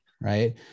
right